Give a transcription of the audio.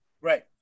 Right